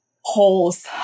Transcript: holes